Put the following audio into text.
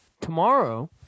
tomorrow